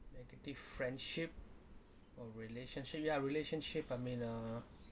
negative friendship or relationship ya relationship I mean uh